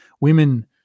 Women